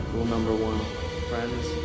number one friends